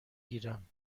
گیرم